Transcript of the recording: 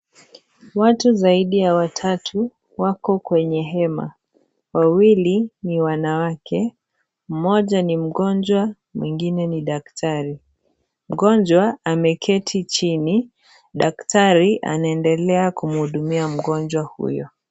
Watu zaidi ya watatu, wako kwenye hema. Wawili ni wanawake. Mmoja ni mgonjwa, mwingine ni daktari. Mgonjwa, ameketi chini, daktari anaendelea kumhudumia mgonjwa huyo.